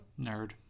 nerd